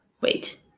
Wait